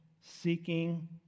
seeking